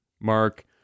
mark